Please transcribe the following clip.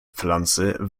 pflanze